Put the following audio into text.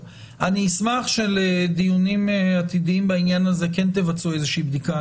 אשמח שלדיונים עתידיים בעניין הזה כן תבצעו איזושהי בדיקה.